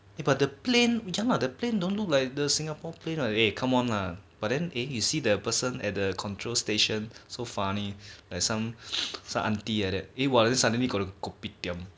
eh but the plane ya lah don't look like the singapore plane lah eh come on lah but eh you see the person at the control station so funny like some some aunty like that eh !wah! suddenly got kopitiam